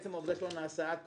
עצם העובדה שלא נעשה עד כה,